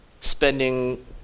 spending